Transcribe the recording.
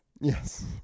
Yes